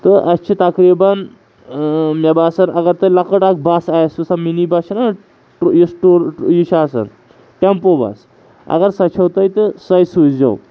تہٕ اَسہِ چھِ تقریٖبن مےٚ باسَان اگر تۄہہِ لَۄکٕٹۍ اَکھ بَس آسوٕ سۄ مِنی بَس چھَنہ یہِ چھِ آسَان ٹٮ۪مپو بَس اگر سۄ چھو تۄہہِ تہٕ سوے سوٗزۍ زیوٚ